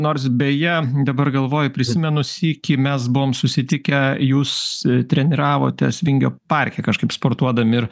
nors beje dabar galvoju prisimenu sykį mes buvom susitikę jūs treniravotės vingio parke kažkaip sportuodami ir